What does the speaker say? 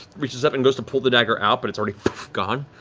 reaches up and goes to pull the dagger out, but it's already gone.